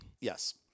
Yes